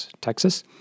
Texas